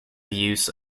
use